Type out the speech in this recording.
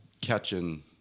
catching